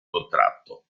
contratto